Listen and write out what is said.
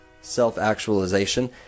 self-actualization